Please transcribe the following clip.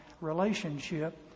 relationship